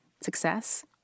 success